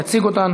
יציג אותן